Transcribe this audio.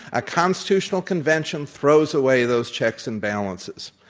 a constitutional convention throws away those checks and balances.